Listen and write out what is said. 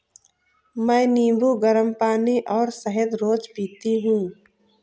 मैं नींबू, गरम पानी और शहद रोज पीती हूँ